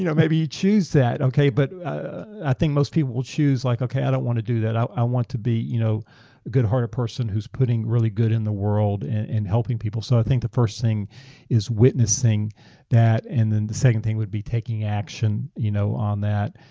you know maybe you choose that, okay, but i think most people will choose like, okay, i don't want to do that, i i want to be you know a good hearted person who's putting really good in the world and helping people. so i think the first thing is witnessing that, and then the second thing would be taking action you know on that.